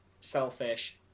selfish